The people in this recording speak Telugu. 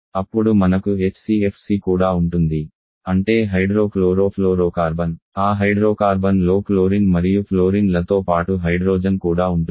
అప్పుడు మనకు HCFC హెచ్సిఎఫ్సి కూడా ఉంటుంది అంటే హైడ్రో క్లోరోఫ్లోరోకార్బన్ ఆ హైడ్రోకార్బన్లో క్లోరిన్ మరియు ఫ్లోరిన్లతో పాటు హైడ్రోజన్ కూడా ఉంటుంది